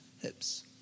hips